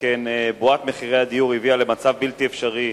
שכן בועת מחירי הדיור הביאה למצב בלתי אפשרי.